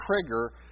trigger